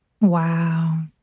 wow